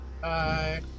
Bye